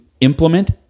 implement